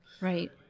right